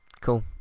Cool